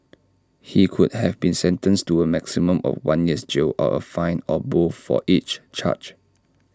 he could have been sentenced to A maximum of one year's jail or A fine or both for each charge